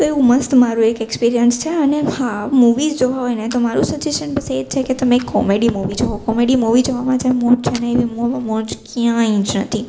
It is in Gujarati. તો એવું મસ્ત મારું એક એક્સપિરિયન્સ છે અને હા મુવીઝ જોવા હોયને તો મારું સજેશન બસ એ જ છે કે તમે એક કોમેડી મુવી જોવો કોમેડી મુવી જોવામાં જે મોજ છે ને એવી મોજ ક્યાંય જ નથી